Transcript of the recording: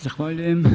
Zahvaljujem.